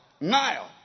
Nile